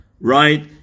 right